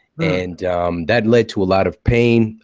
and that led to a lot of pain,